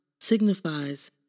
signifies